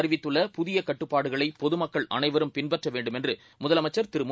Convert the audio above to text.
அறிவித்துள்ள புகிய கட்டுப்பாடுகளைபொதுமக்கள்அனைவரும்பின்பற் றவேண்டுமென்றுமுதலமைச்சர் மு